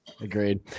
Agreed